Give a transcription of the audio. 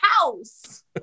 house